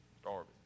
starving